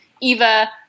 Eva